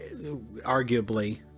arguably